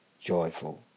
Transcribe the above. joyful